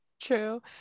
true